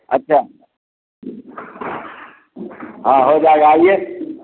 अच्छा हाँ हो जाएगा आइए